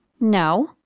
No